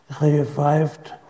revived